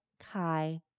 Kai